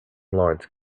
lawrence